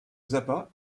zappa